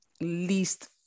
least